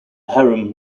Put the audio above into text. harem